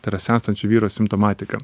tai yra senstančio vyro simptomatika